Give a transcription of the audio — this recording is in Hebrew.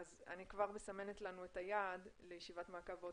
אני מסמנת לנו יעד לישיבת מעקב בעוד